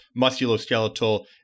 musculoskeletal